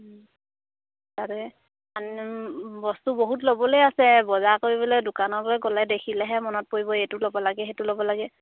তাৰে বস্তু বহুত ল'বলেই আছে বজাৰ কৰিবলৈ দোকানলৈ গ'লে দেখিলেহে মনত পৰিব এইটো ল'ব লাগে সেইটো ল'ব লাগে